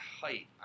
height